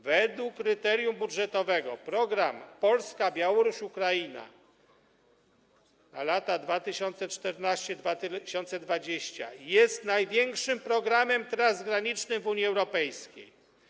Według kryterium budżetowego program „Polska-Białoruś-Ukraina 2014-2020” jest największym programem transgranicznym w Unii Europejskiej.